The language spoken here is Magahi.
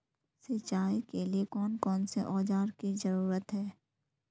सिंचाई के लिए कौन कौन से औजार की जरूरत है?